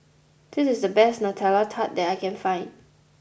this is the best Nutella Tart that I can find